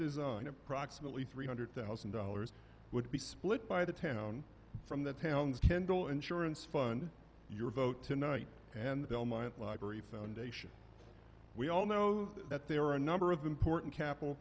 design approximately three hundred thousand dollars would be split by the town from the town's kendell insurance fund your vote tonight and the belmont library foundation we all know that there are a number of important capital